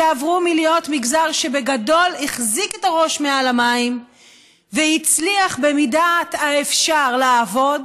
שהפכו להיות ממגזר שבגדול החזיק מעל למים והצליח במידת האפשר לעבוד